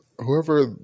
whoever